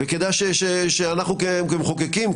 וכדאי שאנחנו כמחוקקים,